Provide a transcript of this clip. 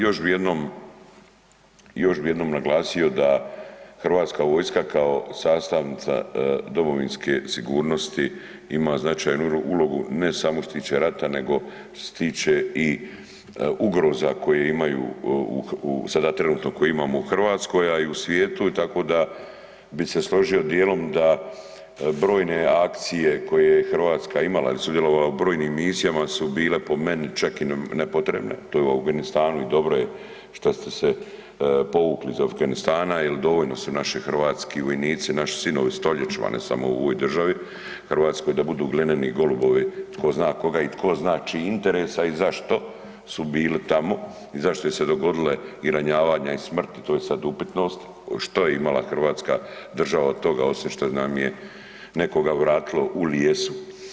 Još bi jednom naglasio da hrvatska vojska kao sastavnica domovinske sigurnosti ima značajnu ulogu ne samo što se tiče rata nego što se tiče i ugriza koje imaju sada trenutno koje imamo u Hrvatskoj a i u svijetu tako da bi se složio djelom da brojne akcije koje je Hrvatska imala ili sudjelovala u brojnim misijama su bile po meni čak i nepotrebne, to u Afganistanu i dobro je šta ste se povukli iz Afganistana jer dovoljno su naši hrvatski vojnici, naši sinovi stoljećima, ne samo u ovoj državi, Hrvatskoj, da budu glineni golubovi tko zna koga i tko zna čijih interesa i zašto su bili tamo i zašto su se dogodile i ranjavanje i smrt, to je sad upitnost što je imala hrvatska država od toga, osim što nam je nekoga vratilo u lijesu.